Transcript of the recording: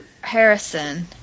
Harrison